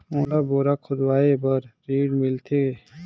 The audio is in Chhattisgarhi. मोला बोरा खोदवाय बार ऋण मिलथे?